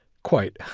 quite.